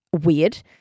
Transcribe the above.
weird